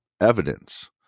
evidence